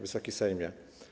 Wysoki Sejmie!